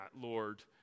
Lord